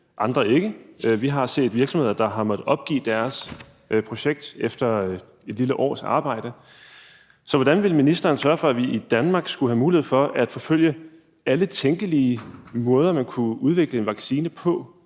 andre uden. Vi har set virksomheder, der har måttet opgive deres projekt efter et lille års arbejde. Så hvordan vil ministeren sørge for, at vi i Danmark har mulighed for at forfølge alle tænkelige måder, man kunne udvikle en vaccine på?